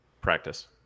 practice